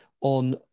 on